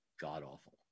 god-awful